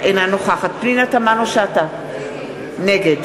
אינה נוכחת פנינה תמנו-שטה, נגד